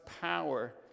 power